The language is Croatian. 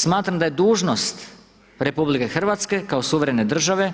Smatram da je dužnost RH, kao suverene države